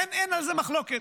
אין על זה מחלוקת.